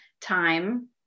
time